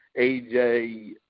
AJ